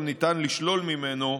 ניתן גם לשלול זאת ממנו,